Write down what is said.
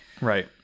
right